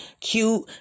cute